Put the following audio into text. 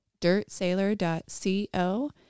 dirtsailor.co